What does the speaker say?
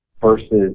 versus